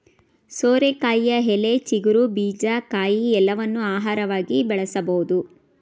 ಸೋರೆಕಾಯಿಯ ಎಲೆ, ಚಿಗುರು, ಬೀಜ, ಕಾಯಿ ಎಲ್ಲವನ್ನೂ ಆಹಾರವಾಗಿ ಬಳಸಬೋದು